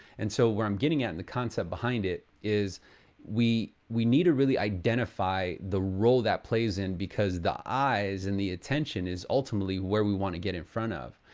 and so where i'm getting at in the concept behind it is we we need to really identify the role that plays in, because the eyes and the attention is ultimately where we want to get in front of.